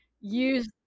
use